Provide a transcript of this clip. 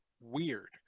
weird